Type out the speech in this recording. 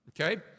Okay